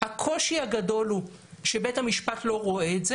הקושי הגדול הוא שבית המשפט לא רואה את זה